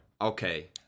Okay